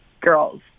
girls